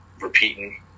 repeating